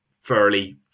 fairly